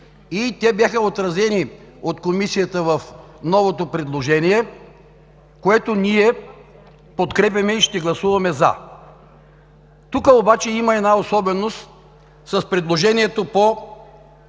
Те бяха отразени от Комисията в новото предложение, което ние подкрепяме и ще гласуваме „за“. Тук обаче има една особеност с предложението по